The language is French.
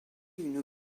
une